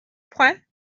points